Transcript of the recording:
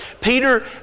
Peter